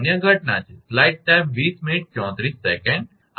આગળ line design પર કોરોનાની અસર છે